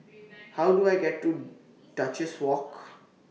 How Do I get to Duchess Walk